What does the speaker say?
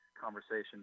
conversation